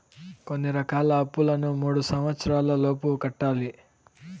కొన్ని రకాల అప్పులను మూడు సంవచ్చరాల లోపు కట్టాలి